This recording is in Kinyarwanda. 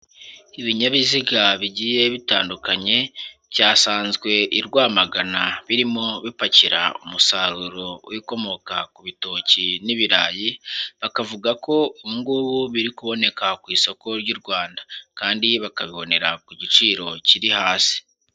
Ibinyabiziga bigiye bitandukanye byasanzwe i Rwamagana birimo bipakira umusaruro w'ibikomoka ku bitoki n'ibirayi, bakavuga ko ubungubu biri kuboneka ku isoko ry'u Rwanda kandi bakabibonera ku giciro kiri hasi.